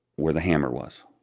where the hammer was?